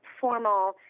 formal